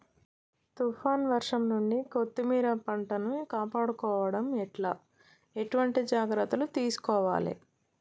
తుఫాన్ వర్షం నుండి కొత్తిమీర పంటను కాపాడుకోవడం ఎట్ల ఎటువంటి జాగ్రత్తలు తీసుకోవాలే?